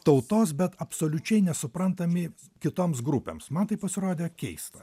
tautos bet absoliučiai nesuprantami kitoms grupėms man tai pasirodė keista